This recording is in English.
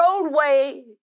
roadway